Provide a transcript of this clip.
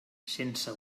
sense